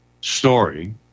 story